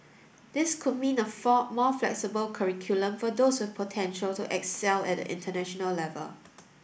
this could mean a for more flexible curriculum for those with the potential to excel at the international level